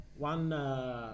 One